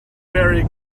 very